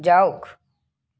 যাওক